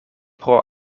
pro